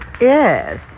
Yes